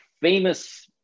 famous